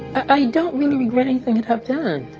i don't really regret anything that i've done.